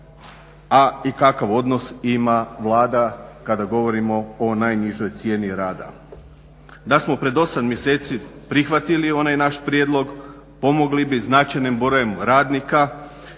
i kakav odnos ima Vlada kada govorimo o najnižoj cijeni rada. Da smo pred osam mjeseci prihvatili onaj naš prijedlog pomogli bi značajnom broju radnika